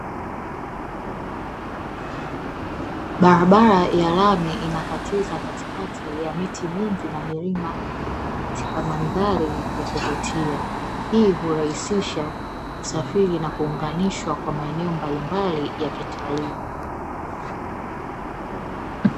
Barabara ya lami inakatiza katikati ya miti mingi na milima katika mandhari ya kuvutia, hii hurahisisha usafiri na kuunganishwa kwa maeneo mbalimbali ya kitalii.